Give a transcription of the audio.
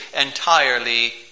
entirely